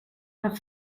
her